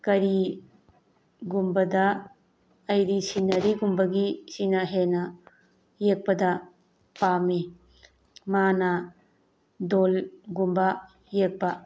ꯀꯔꯤꯒꯨꯝꯕꯗ ꯑꯩꯗꯤ ꯁꯤꯟꯅꯔꯤꯒꯨꯝꯕꯒꯤ ꯁꯤꯅ ꯍꯦꯟꯅ ꯌꯦꯛꯄꯗ ꯄꯥꯝꯃꯤ ꯃꯥꯅ ꯗꯣꯜꯒꯨꯝꯕ ꯌꯦꯛꯄ